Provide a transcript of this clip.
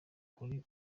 kuri